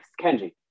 Kenji